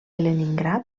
leningrad